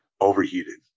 overheated